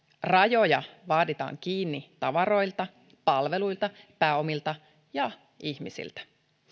rajoja vaaditaan kiinni tavaroilta palveluilta pääomilta ja ihmisiltä